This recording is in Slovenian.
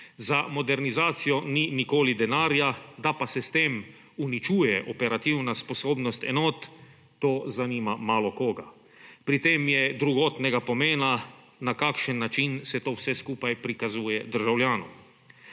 Za modernizacijo ni nikoli denarja, da pa se s tem uničuje operativna sposobnost enot, to zanima malokoga. Pri tem je drugotnega pomena, na kakšen način se to vse skupaj prikazuje državljanom.